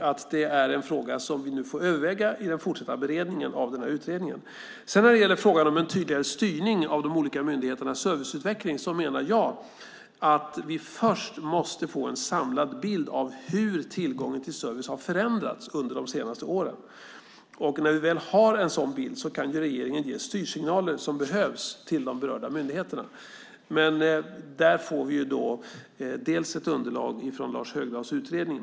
Detta är en fråga som vi nu får överväga i den fortsatta beredningen av utredningen. När det gäller frågan om en tydligare styrning av de olika myndigheternas serviceutveckling menar jag att vi först måste få en samlad bild av hur tillgången till service har förändrats under de senaste åren. När vi väl har en sådan bild kan regeringen ge de styrsignaler som behövs till de berörda myndigheterna. Där får vi ett underlag från Lars Högdahls utredning.